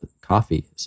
coffee